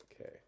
Okay